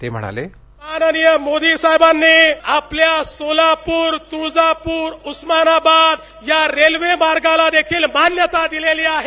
ते म्हणाले माननीय मोदी साहेबांनी आपल्या सोलापूर तुळजापूर उस्मानाबाद या रेल्वे मार्गाला देखिल मान्यता दिलेली आहे